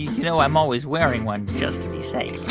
you know i'm always wearing one just to be safe what?